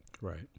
Right